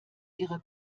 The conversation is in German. ihrer